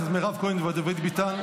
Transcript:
לוועדת הכלכלה נתקבלה.